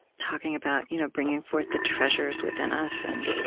talking about you know bringing forth the treasures within us. and